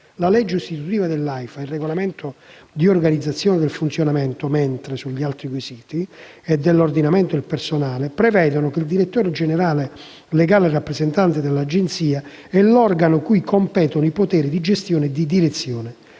La legge istitutiva dell'AIFA e il regolamento di organizzazione, del funzionamento e dell'ordinamento del personale AIFA prevedono che il direttore generale, legale rappresentante dell'Agenzia, sia l'organo cui competono i poteri di gestione e di direzione.